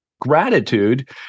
gratitude